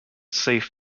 safe